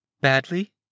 Badly